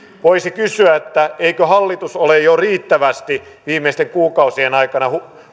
voisi kysyä eikö hallitus ole jo riittävästi viimeisten kuukausien aikana